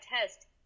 test